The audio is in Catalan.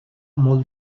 molt